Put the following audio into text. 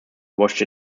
watched